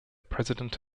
president